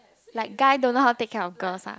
like guy don't know how to take care of girls ah